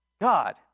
God